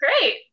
Great